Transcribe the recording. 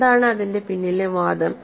എന്താണ് അതിന്റെ പിന്നിലെ വാദം